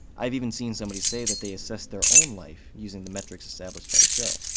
i've even seen somebody say that they assessed their own life using the metrics established by the show.